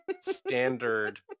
standard